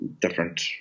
different